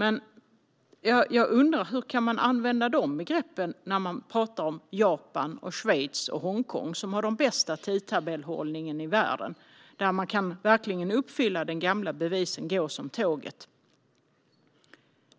Men jag undrar hur man kan använda dessa begrepp när man pratar om Japan, Schweiz och Hongkong, som har bäst tidtabellhållning i världen. Där kan verkligen den gamla devisen "går som tåget" uppfyllas.